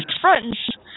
friends